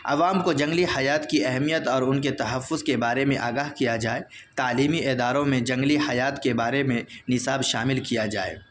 عوام کو جنگلی حیات کی اہمیت اور ان کے تحفظ کے بارے میں آگاہ کیا جائے تعلیمی اداروں میں جنگلی حیات کے بارے میں نصاب شامل کیا جائے